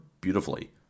beautifully